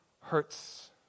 hurts